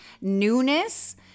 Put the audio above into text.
newness